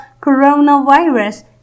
coronavirus